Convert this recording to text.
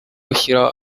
ushyiraho